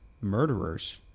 murderers